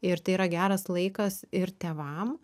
ir tai yra geras laikas ir tėvam